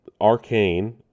Arcane